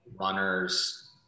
runners